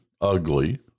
ugly